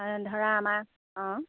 ধৰা আমাক অঁ